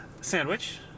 sandwich